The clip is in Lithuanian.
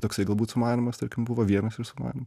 toksai galbūt sumanymas tarkim buvo vienas iš sumanymų